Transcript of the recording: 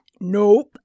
Nope